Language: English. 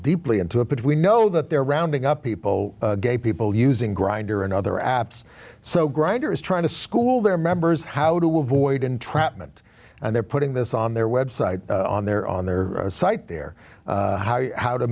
deeply into it but we know that they're rounding up people gay people using grindr and other apps so grindr is trying to school their members how do we voice entrapment and they're putting this on their website on their on their site their how you how to